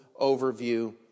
overview